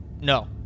no